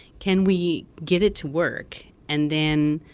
can we get it to work? and then,